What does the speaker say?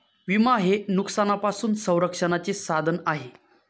विमा हे नुकसानापासून संरक्षणाचे साधन आहे